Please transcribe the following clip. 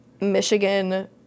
Michigan